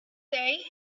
day